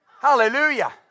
hallelujah